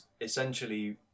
essentially